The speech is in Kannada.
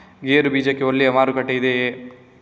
ಗೇರು ಬೀಜಕ್ಕೆ ಒಳ್ಳೆಯ ಮಾರುಕಟ್ಟೆ ಇದೆಯೇ?